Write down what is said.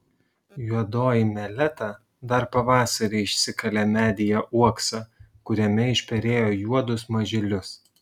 juodoji meleta dar pavasarį išsikalė medyje uoksą kuriame išperėjo juodus mažylius